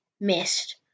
missed